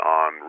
on